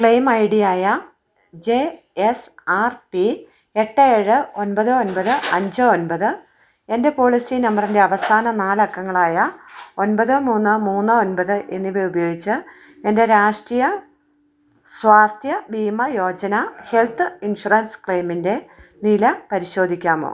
claim I D ആയ J S R P എട്ട് ഏഴ് ഒൻപത് ഒൻപത് അഞ്ച് ഒൻപത് എൻ്റെ പോളിസി നമ്പറിൻ്റെ അവസാന നാലക്കങ്ങളായ ഒൻപത് മൂന്ന് മൂന്ന് ഒൻപത് എന്നിവ ഉപയോഗിച്ച് എൻ്റെ രാഷ്ട്രീയ സ്വാസ്ഥ്യ ബീമ യോജന ഹെൽത്ത് ഇൻഷുറൻസ് ക്ലെയിമിൻ്റെ നില പരിശോധിക്കാമോ